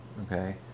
okay